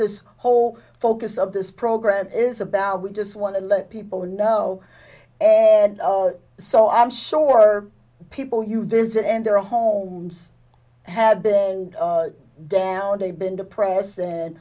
this whole focus of this program is about we just want to let people know ed so i'm sure people you visit and their homes have been down day been depressed